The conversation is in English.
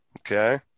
Okay